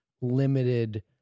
limited